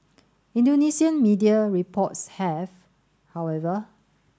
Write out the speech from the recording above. Indonesian media reports have however